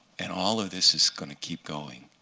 and all of this is going to keep going.